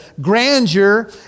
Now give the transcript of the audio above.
grandeur